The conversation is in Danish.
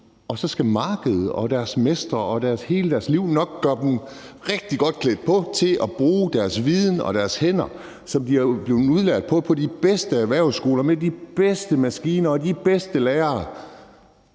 og så skal markedet, deres mestre og hele deres liv nok klæde dem rigtig godt på til at bruge deres viden og deres hænder, som de blev udlært til på de bedste erhvervsskoler med de bedste maskiner og de bedste lærere,